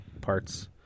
parts